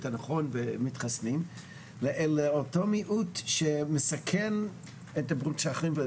ומתחסנים לבין אותו מיעוט שמסכן את הבריאות של אחרים?